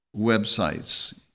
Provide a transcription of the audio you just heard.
websites